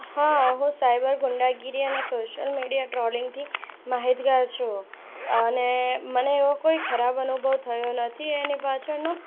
હા હું સાયબર ગુંડાગીરી અને સોશિયલ મીડિયા ટ્રોલિંગથી માહિતગાર છું અને મને એવો કોઈ ખરાબ અનુભવ થયો નથી એની પાછળનું